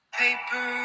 paper